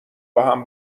باهم